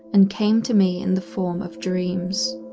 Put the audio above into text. and came to me in the form of dreams.